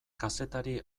kazetari